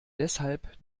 deshalb